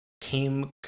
came